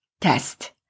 test